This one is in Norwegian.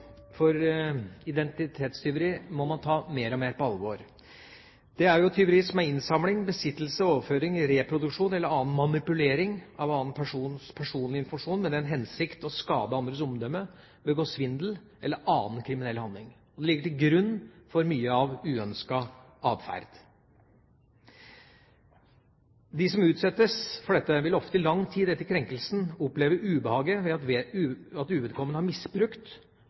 for identitetstyveri må man ta mer og mer på alvor. Det er tyveri som består av innsamling, besittelse, overføring, reproduksjon eller annen manipulering av en annen persons personlige informasjon med den hensikt å skade andres omdømme, begå svindel eller annen kriminell handling. Det ligger til grunn for mye uønsket adferd. De som utsettes for dette, vil ofte i lang tid etter krenkelsen oppleve ubehaget ved at uvedkommende har misbrukt,